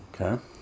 Okay